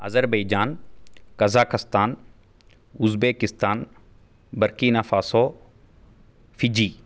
Azerbaijan Kazakhstan Uzbekistan Burkina Faso Fiji